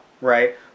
right